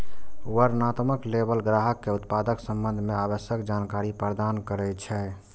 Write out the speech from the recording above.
वर्णनात्मक लेबल ग्राहक कें उत्पादक संबंध मे आवश्यक जानकारी प्रदान करै छै